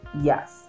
yes